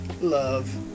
love